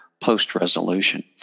post-resolution